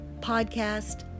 podcast